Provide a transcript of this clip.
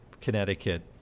Connecticut